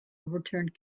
overturned